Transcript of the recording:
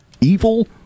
Evil